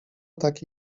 taki